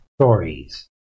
stories